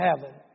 heaven